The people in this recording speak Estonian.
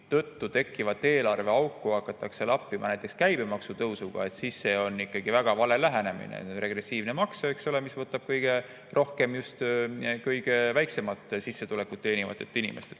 tõttu tekkivat eelarveauku hakatakse lappima näiteks käibemaksutõusuga, siis see on väga vale lähenemine. [Käibemaks] on regressiivne maks, eks ole, mis võtab kõige rohkem just kõige väiksemat sissetulekut teenivatelt inimestelt.